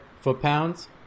foot-pounds